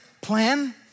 plan